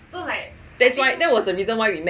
I think that was the reason why we met